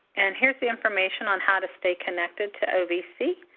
and here's the information on how to stay connected to ovc.